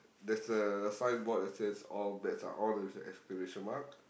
there's a signboard that says all bets are on with a exclamation mark